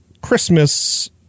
Christmas